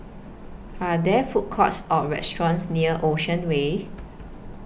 Are There Food Courts Or restaurants near Ocean Way